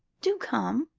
do come.